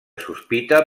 sospita